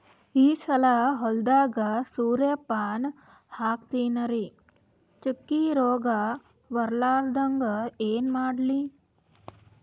ಈ ಸಲ ಹೊಲದಾಗ ಸೂರ್ಯಪಾನ ಹಾಕತಿನರಿ, ಚುಕ್ಕಿ ರೋಗ ಬರಲಾರದಂಗ ಏನ ಮಾಡ್ಲಿ?